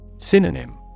Synonym